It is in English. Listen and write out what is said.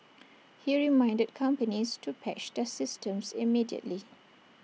he reminded companies to patch their systems immediately